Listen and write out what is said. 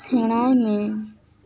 ᱥᱮᱬᱟᱭ ᱢᱮ